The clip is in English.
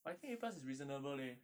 but I think eight plus is reasonable leh